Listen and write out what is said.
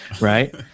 right